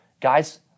guys